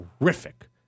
terrific